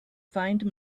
find